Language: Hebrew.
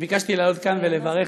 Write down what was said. ביקשתי לעלות ולברך,